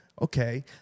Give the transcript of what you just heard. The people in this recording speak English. Okay